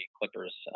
Clippers